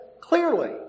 Clearly